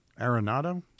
Arenado